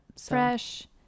Fresh